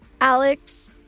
Alex